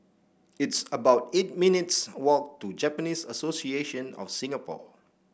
it's about eight minutes' walk to Japanese Association of Singapore